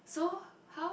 so how